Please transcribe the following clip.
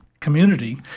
community